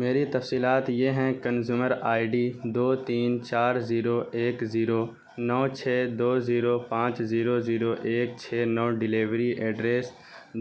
میری تفصیلات یہ ہیں کنزیومر آئی ڈی دو تین چار زیرو ایک زیرو نو چھ دو زیرو پانچ زیرو زیرو ایک چھ نو ڈلیوری ایڈریس